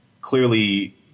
clearly